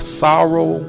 sorrow